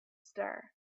star